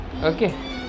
okay